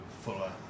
fuller